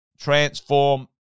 transform